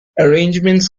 arrangements